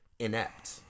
inept